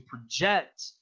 project